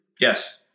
yes